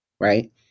right